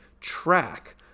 track